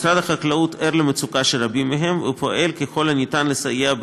משרד החקלאות ער למצוקה של רבים מהם ופועל ככל האפשר לסייע,